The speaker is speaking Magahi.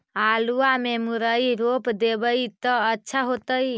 आलुआ में मुरई रोप देबई त अच्छा होतई?